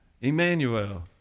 Emmanuel